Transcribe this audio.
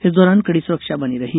इस दौरान कड़ी सुरक्षा बनी रही